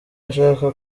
ashaka